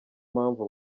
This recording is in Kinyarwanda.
mpamvu